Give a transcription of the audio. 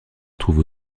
trouve